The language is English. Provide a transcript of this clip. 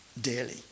Daily